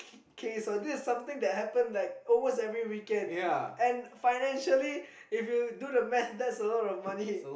case or this is something that happens like almost every weekend and financially if you do the math that's a lot of money